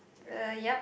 uh yeap